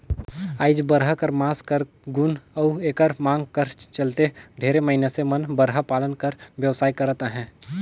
आएज बरहा कर मांस कर गुन अउ एकर मांग कर चलते ढेरे मइनसे मन बरहा पालन कर बेवसाय करत अहें